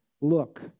look